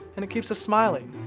and keeps us smiling.